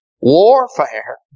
Warfare